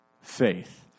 faith